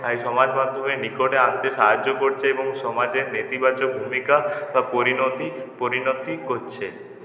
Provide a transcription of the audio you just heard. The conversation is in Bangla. বা এই সমাজ মাধ্যমে নিকটে আনতে সাহায্য করছে এবং সমাজের নেতিবাচক ভূমিকা বা পরিণতি পরিণতি করছে